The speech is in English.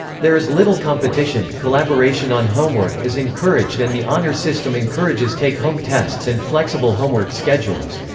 there is little competition collaboration on homework is encouraged and the honor system encourages take-home tests and flexible homework schedules.